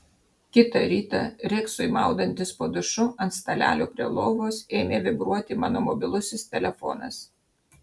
kitą rytą reksui maudantis po dušu ant stalelio prie lovos ėmė vibruoti mano mobilusis telefonas